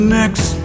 next